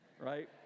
right